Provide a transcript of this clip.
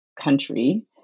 country